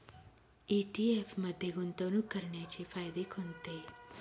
ETF मध्ये गुंतवणूक करण्याचे फायदे कोणते?